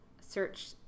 search